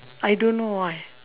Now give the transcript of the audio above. I don't know why